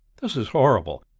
this is horrible.